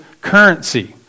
currency